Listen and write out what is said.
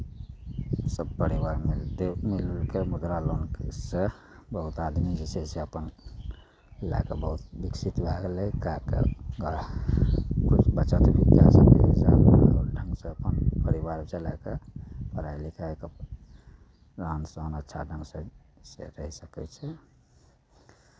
सभ परिवारमे हेतै मिलि जुलि कऽ मुद्रा लोनके उससे बहुत आदमी जे छै से अपन ओ लए कऽ बहुत विकसित भए गेलै कए कऽ थोड़ा बचत भी कए सकै छै ढङ्गसँ अपन परिवार चलाए कऽ पढ़ाइ लिखाइके अपन आरामसँ अच्छा ढङ्गसँ से रहि सकै छै